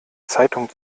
zeitung